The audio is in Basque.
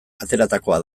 ateratakoa